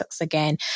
again